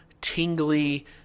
tingly